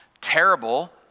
terrible